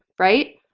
right?